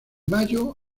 mayo